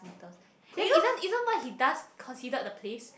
then even even what he does considered the place